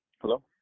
Hello